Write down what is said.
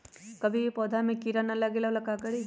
कभी भी पौधा में कीरा न लगे ये ला का करी?